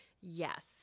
Yes